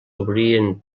obrien